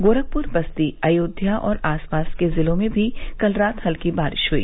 गोरखपुर बस्ती अयोध्या और आस पास के जिलों में भी कल रात हल्की बारिश हुई